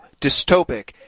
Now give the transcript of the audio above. dystopic